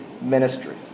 ministry